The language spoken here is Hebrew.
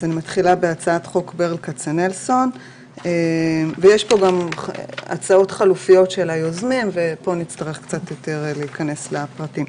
יש הצעות חלופיות של היוזמים ונצטרך להיכנס לפרטים.